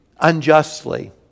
unjustly